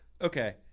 okay